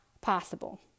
possible